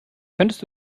könntest